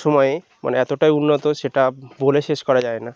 সমায়ে মানে এতোটাই উন্নত সেটা বলে শেষ করা যায় না